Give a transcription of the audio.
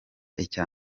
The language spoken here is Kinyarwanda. icya